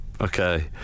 okay